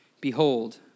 Behold